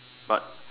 but